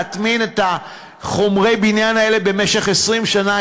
להטמין את חומרי הבניין האלה במשך 20 שנה,